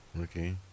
Okay